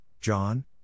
John